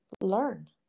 learn